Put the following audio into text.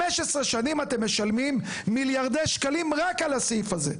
15 שנים אתם משלמים מיליארדי שקלים רק על הסעיף הזה.